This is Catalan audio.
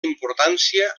importància